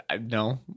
no